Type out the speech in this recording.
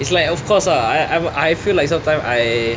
it's like of course ah I I I feel like sometimes I